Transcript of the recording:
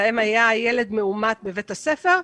שבהם היה ילד מאומת בבית הספר,